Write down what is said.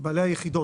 בעלי היחידות,